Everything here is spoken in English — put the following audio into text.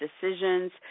decisions